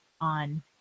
on